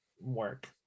work